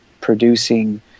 producing